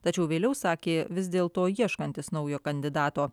tačiau vėliau sakė vis dėl to ieškantis naujo kandidato